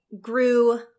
grew